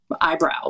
eyebrow